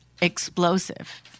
explosive